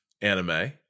anime